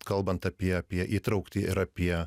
kalbant apie apie įtrauktį ir apie